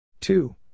two